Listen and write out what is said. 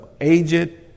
aged